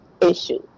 issue